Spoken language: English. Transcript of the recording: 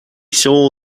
saw